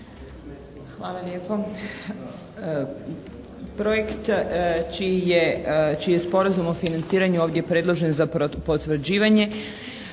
Hvala lijepo. Projekt čiji je sporazum o financiranju ovdje predložen za potvrđivanje